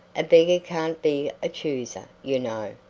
a beggar can't be a chooser, you know,